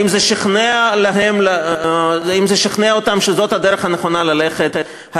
האם זה שכנע אותם שזאת הדרך הנכונה ללכת בה?